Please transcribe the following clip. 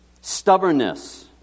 Stubbornness